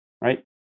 right